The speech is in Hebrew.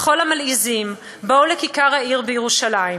לכול המלעיזים, בואו לכיכר העיר בירושלים,